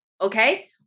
Okay